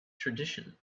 tradition